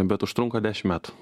bet užtrunka dešimt metų